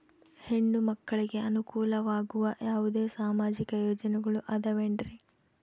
ಹೆಣ್ಣು ಮಕ್ಕಳಿಗೆ ಅನುಕೂಲವಾಗುವ ಯಾವುದೇ ಸಾಮಾಜಿಕ ಯೋಜನೆಗಳು ಅದವೇನ್ರಿ?